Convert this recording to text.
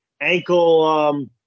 Ankle